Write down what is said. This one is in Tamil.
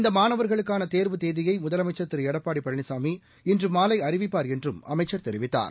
இந்தமாணவர்களுக்கானதேர்வுத் தேதியைமுதலமைச்சர் எப்பாடிபழனிசாமி திரு இன்றுமாலைஅறிவிப்பார் என்றும் அமைச்சர் தெரிவித்தார்